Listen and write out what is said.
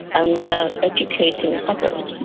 and are educating others.